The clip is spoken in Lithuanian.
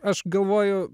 aš galvoju